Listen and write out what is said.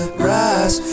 grass